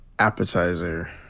appetizer